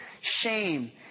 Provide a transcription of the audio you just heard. shame